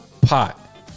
Pot